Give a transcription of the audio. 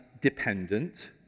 dependent